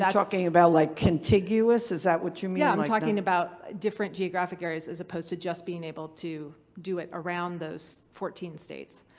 yeah talking about like contiguous? is that what you mean? yeah. i'm talking about different geographic areas as opposed to just being able to do it around those fourteen states.